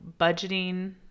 budgeting